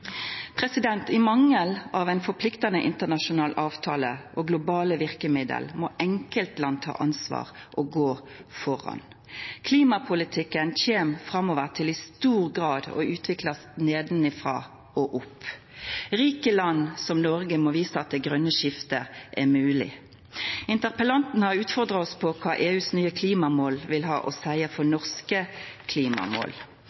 I mangel av ein forpliktande internasjonal avtale og globale verkemiddel må enkeltland ta ansvar og gå føre. Klimapolitikken framover kjem i stor grad til å bli utvikla nedanfrå og opp. Rike land som Noreg må visa at det grøne skiftet er mogleg. Interpellanten har utfordra oss på kva EUs nye klimamål vil ha å seia for